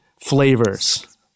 flavors